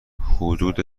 حدود